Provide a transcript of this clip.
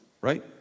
right